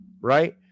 right